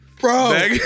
Bro